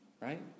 right